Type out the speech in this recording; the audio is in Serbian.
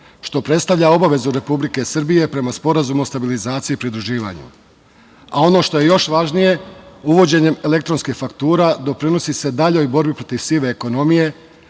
što predstavlja obavezu Republike Srbije prema Sporazumu o stabilizaciji i pridruživanju. Ono što je još važnije, uvođenjem elektronskih faktura doprinosi se daljoj borbi protiv sive ekonomije,